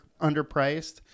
underpriced